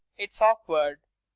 it's awkward.